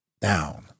down